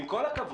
עם כל הכבוד.